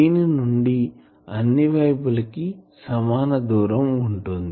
దీనిని నుండి అన్ని వైపులకీ సమన దూరం ఉంటుంది